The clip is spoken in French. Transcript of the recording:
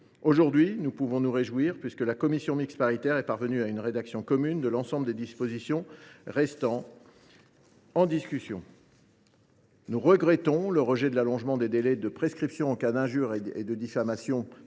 Aujourd’hui, nous pouvons nous réjouir, puisque la commission mixte paritaire est parvenue à une rédaction commune de l’ensemble des dispositions restant en discussion. Nous regrettons le rejet de l’allongement des délais de prescription en cas d’injure et de diffamation